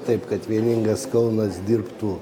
taip kad vieningas kaunas dirbtų